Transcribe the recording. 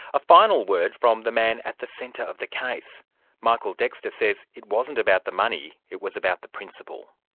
a final word from the man at the centre of the case michael dexter says it wasn't about the money, it was about the principle.